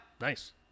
Nice